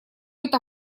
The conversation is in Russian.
это